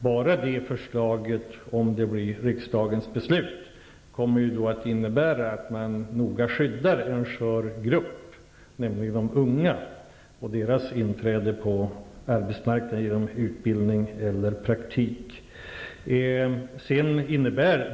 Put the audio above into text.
Enbart det förslaget, om det blir riksdagens beslut, kommer att innebära att man noga skyddar en skör grupp, nämligen de unga, och deras inträde på arbetsmarknaden, genom utbildning eller praktik.